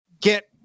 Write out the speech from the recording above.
get